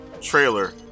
trailer